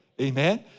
Amen